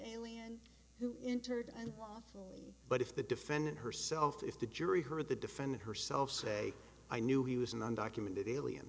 alien who entered and but if the defendant herself if the jury heard the defend herself say i knew he was an undocumented alien